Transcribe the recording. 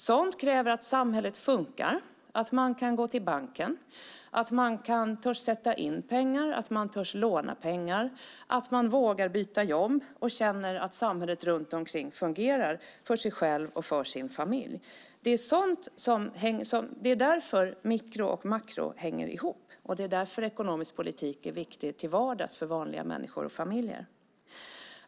Sådant kräver att samhället funkar, att man kan gå till banken, att man törs sätta in pengar, att man törs låna pengar, att man vågar byta jobb och att man känner att samhället runt omkring fungerar för en själv och för ens familj. Det är därför mikro och makro hänger ihop, och det är därför ekonomisk politik är viktig till vardags för vanliga människor och familjer.